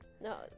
No